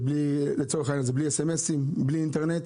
לצורך העניין בלי SMS ובלי אינטרנט,